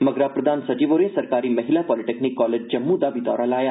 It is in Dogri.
मगरा प्रधान सचिव होरें सरकारी महिला पॉलीटैकनिक कालेज जम्मू दा बी दौरा लाया